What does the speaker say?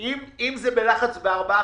לגבי ה-24 בואו נראה.